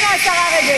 את לא יודעת, השרה רגב.